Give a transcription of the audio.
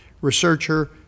researcher